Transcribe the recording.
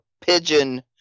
pigeon